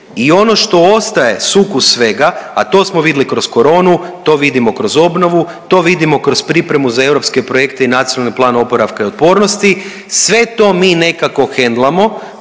i ono što ostaje sukus svega, a to smo vidli kroz koronu, to vidimo kroz obnovu, to vidimo kroz pripremu za europske projekte i Nacionalni plan oporavka i otpornosti, sve to mi nekako hendlamo,